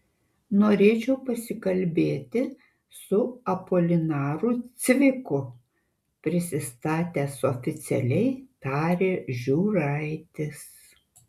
norėčiau pasikalbėti su apolinaru cviku prisistatęs oficialiai tarė žiūraitis